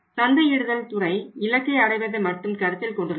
சந்தையிடுதல் துறை இலக்கை அடைவதை மட்டுமே கருத்தில் கொண்டுள்ளது